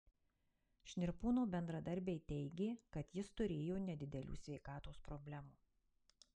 šnirpūno bendradarbiai teigė kad jis turėjo nedidelių sveikatos problemų